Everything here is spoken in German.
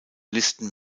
listen